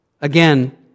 Again